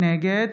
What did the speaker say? נגד